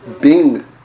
Bing